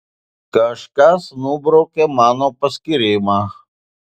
kažkas nubraukė mano paskyrimą